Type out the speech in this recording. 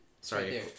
Sorry